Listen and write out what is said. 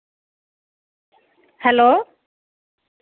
hello